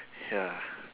ya